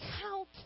count